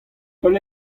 pell